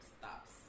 stops